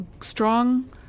strong